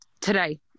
today